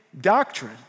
doctrine